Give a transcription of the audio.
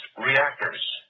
reactors